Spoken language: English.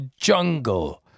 jungle